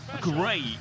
Great